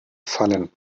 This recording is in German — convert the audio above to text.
fallen